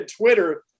Twitter